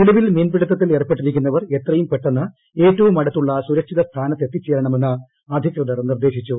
നിലവിൽ മീൻപിടുത്തിൽ ഏർപ്പെട്ടിരിക്കുന്നവർ എത്രയും പെട്ടെന്ന് ഏറ്റവും അടുത്തുള്ള സുരക്ഷിത സ്ഥാനത്ത് എത്തിച്ചേരണമെന്ന് അധികൃതർ നിർദ്ദേശിച്ചു